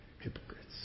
hypocrites